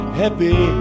happy